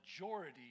majority